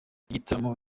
igitaramo